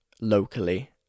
locally